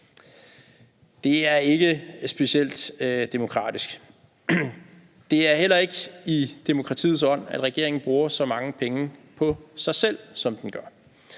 Det er ikke specielt demokratisk. Det er heller ikke i demokratiets ånd, at regeringen bruger så mange penge på sig selv, som den gør.